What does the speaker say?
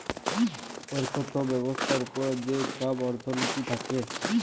অথ্থ ব্যবস্থার উপর যে ছব অথ্থলিতি থ্যাকে